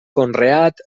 conreat